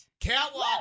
Catwalk